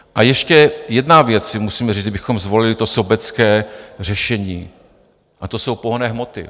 A ještě jednu věc si musíme říct, kdybychom zvolili to sobecké řešení, a to jsou pohonné hmoty.